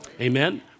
Amen